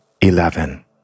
eleven